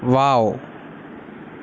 wow